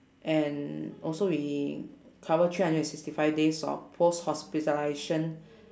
and also we cover three hundred and sixty five days of post hospitalization